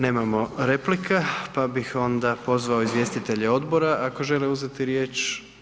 Nemamo replika pa bih onda pozvao izvjestitelje odbora ako žele uzeti riječ.